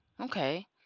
okay